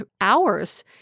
hours